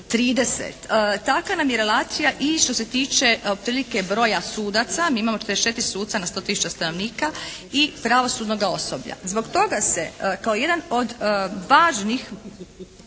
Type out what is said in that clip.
30. Takva nam je relacija i što se tiče otprilike broja sudaca. Mi imamo 44 suca na 100 tisuća stanovnika i pravosudnoga osoblja. Zbog toga se kao jedan od važnih